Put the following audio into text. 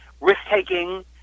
risk-taking